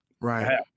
Right